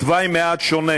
בתוואי מעט שונה,